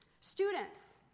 Students